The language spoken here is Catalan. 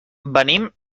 venim